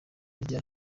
rya